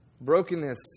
brokenness